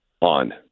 on